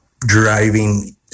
driving